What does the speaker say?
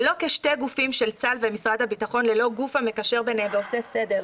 ולא כשני גופים של צה"ל ומשרד הביטחון ללא גוף המקשר ביניהם ועושה סדר,